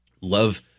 love